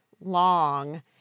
long